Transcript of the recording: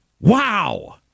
Wow